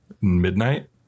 midnight